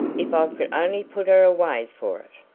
if i could only put her away for it!